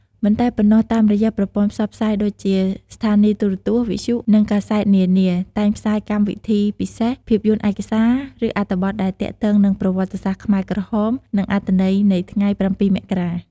មិនតែប៉ុណ្ណោះតាមរយៈប្រព័ន្ធផ្សព្វផ្សាយដូចជា ស្ថានីយ៍ទូរទស្សន៍ វិទ្យុ និងកាសែតនានា តែងផ្សាយកម្មវិធីពិសេស ភាពយន្តឯកសារ ឬអត្ថបទដែលទាក់ទងនឹងប្រវត្តិសាស្ត្រខ្មែរក្រហម និងអត្ថន័យនៃថ្ងៃ៧ មករា។